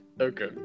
Okay